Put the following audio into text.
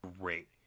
great